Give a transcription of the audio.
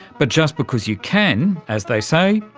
but just because you can, as they say,